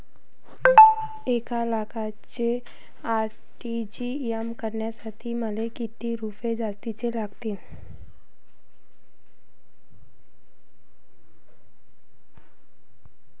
एक लाखाचे आर.टी.जी.एस करासाठी मले कितीक रुपये जास्तीचे लागतीनं?